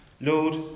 Lord